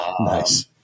nice